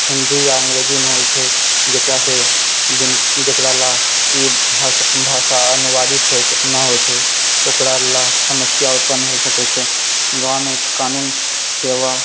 हिन्दी या अङ्गरेजीमे होइ छै जकरासँ जकरालए ई भाषा अनुवादित होइ छै नहि होइ छै ओकरालए समस्या उत्पन्न हो सकै छै गाँवमे कानून सेवा